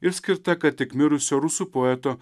ir skirta kad tik mirusio rusų poeto